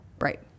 Right